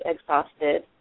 exhausted